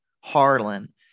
harlan